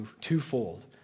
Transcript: twofold